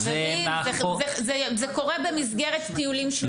זה קורה במסגרת טיולים שנתיים.